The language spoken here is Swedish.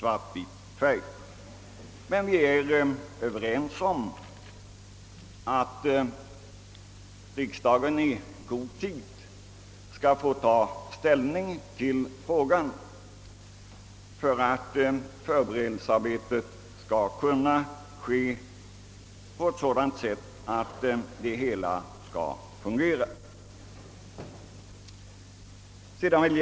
Vi är emellertid överens om att riksdagen i god tid skall få ta ställning till frågan, så att förberedelsearbetet blir så grundligt att det hela kommer att fungera. Herr talman!